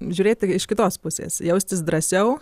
žiūrėti iš kitos pusės jaustis drąsiau